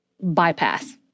bypass